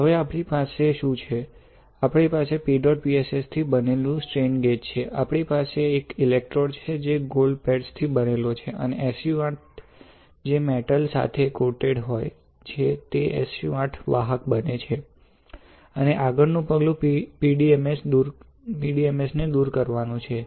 હવે આપણી પાસે શુ છે આપણી પાસે PEDOT PSS થી બનેલું સ્ટ્રેન ગેજ છે આપણી પાસે એક ઇલેક્ટ્રોડ છે જે ગોલ્ડ પેડ થી બનેલો છે અને SU 8 જે મેટલ સાથે કોટેડ હોય છે તે SU 8 વાહક બને છે અને આગળનું પગલું PDMSને દુર કરવાનુ છે